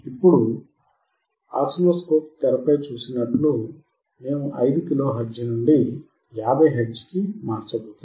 ఇప్పుడు తెరపై చూసినట్లు మేము 5 కిలోహెర్ట్జ్ నుండి 50 హెర్ట్జ్ కి మార్చబోతున్నాం